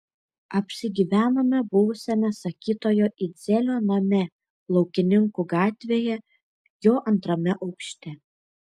apsigyvenome buvusiame sakytojo idzelio name laukininkų gatvėje jo antrame aukšte